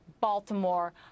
Baltimore